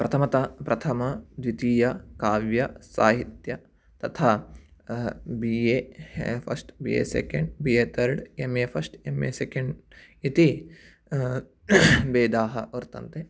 प्रथमतः प्रथमा द्वितीया काव्यं साहित्यं तथा B A first B A second B A third M A first M A second इति भेदाः वर्तन्ते